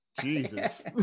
Jesus